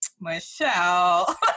michelle